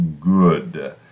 good